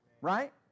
Right